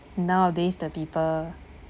nowadays the people